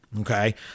Okay